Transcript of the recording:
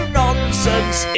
nonsense